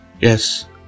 Yes